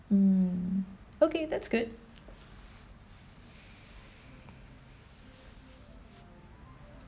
mm okay that's good